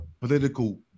political